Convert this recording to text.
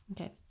Okay